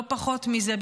לא פחות מזה,